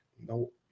no